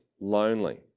lonely